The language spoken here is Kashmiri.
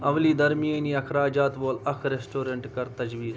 اولی درمیٲنی اخراجات وول اکھ ریسٹورنٹ کر تجویٖز